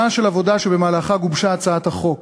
שנה של עבודה שבמהלכה גובשה הצעת החוק,